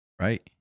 right